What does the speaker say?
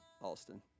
Alston